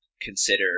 consider